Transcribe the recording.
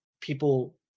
people